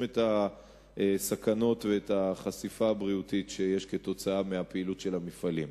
את הסכנות ואת החשיפה הבריאותית שיש כתוצאה מהפעילות של המפעלים.